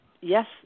yes